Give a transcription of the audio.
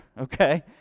okay